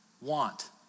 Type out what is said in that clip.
want